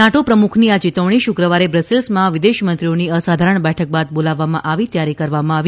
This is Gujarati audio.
નાટો પ્રમુખની આ ચેતવણી શુક્રવારે બ્રસેલ્સમાં વિદેશમંત્રીઓની અસાધારણ બેઠક બાદ બોલાવવામાં આવી ત્યારે કરવામાં આવી